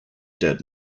dead